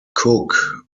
cook